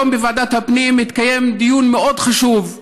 היום בוועדת הפנים התקיים דיון מאוד חשוב,